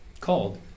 called